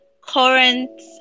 current